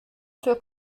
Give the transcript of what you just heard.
für